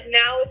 now